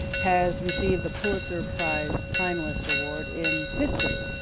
has received the pulitzer prize finalist award in history.